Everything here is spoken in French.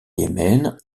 yémen